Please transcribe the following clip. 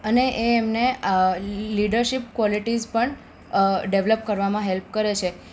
અને એ એમને લીડરશીપ ક્વોલિટીઝ પણ ડેવલપ કરવામાં હેલ્પ કરે છે